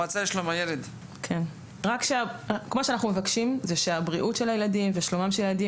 מה שאנחנו מבקשים הוא שבריאות ושלום הילדים